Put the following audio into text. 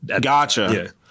Gotcha